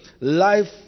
life